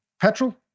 Petrol